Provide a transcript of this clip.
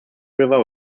river